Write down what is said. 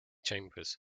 chambers